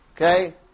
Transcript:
Okay